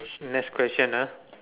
next question ah